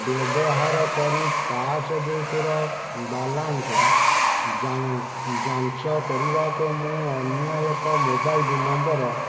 ବ୍ୟବହାର କରି ପାସ୍ବୁକ୍ର ବାଲାନ୍ସ୍ ଯାଞ୍ଚ କରିବାକୁ ମୁଁ ଅନ୍ୟ ଏକ ମୋବାଇଲ୍ ନମ୍ବର୍